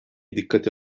dikkate